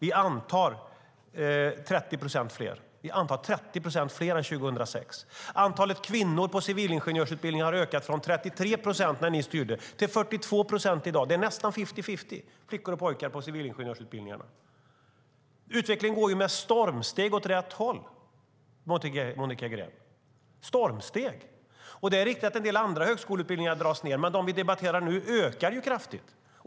I antal är det 30 procent fler än 2006. Antalet kvinnor på civilingenjörsutbildningarna har ökat från 33 procent när ni styrde till 42 procent i dag. Det är nästan fifty-fifty när det gäller flickor och pojkar på civilingenjörsutbildningarna. Utvecklingen går med stormsteg åt rätt håll, Monica Green - med stormsteg! Det är riktigt att en del andra högskoleutbildningar dras ned, men de vi debatterar nu ökar kraftigt.